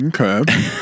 Okay